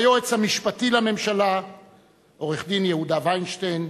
היועץ המשפטי לממשלה עורך-דין יהודה וינשטיין,